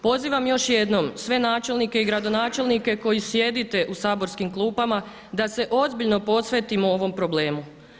Pozivam još jednom sve načelnike i gradonačelnike koji sjedite u saborskim klupama, da se ozbiljno posvetimo ovom problemu.